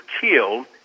killed